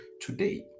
Today